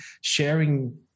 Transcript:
sharing